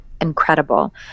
incredible